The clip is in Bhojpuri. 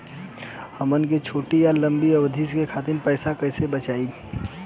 हमन के छोटी या लंबी अवधि के खातिर पैसा कैसे बचाइब?